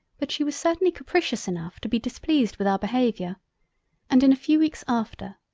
but she was certainly capricious enough to be displeased with our behaviour and in a few weeks after,